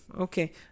Okay